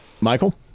Michael